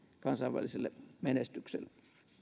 kansainväliselle menestykselle